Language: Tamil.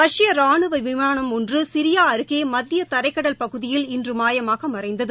ரஷ்ய ராணுவ விமானம் ஒன்று சிரியா அருகே மத்திய தரைக்கடல் பகுதியில் இன்று மாயமாக மறைந்தது